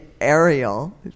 ariel